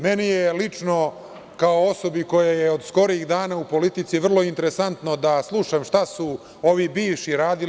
Meni je lično, kao osobi koja je od skorijih dana u politici, vrlo interesantno da slušam šta su ovi bivši radili.